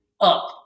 up